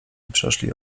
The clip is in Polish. przeszli